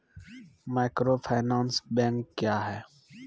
Microfinance bank क्या हैं?